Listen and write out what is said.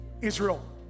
Israel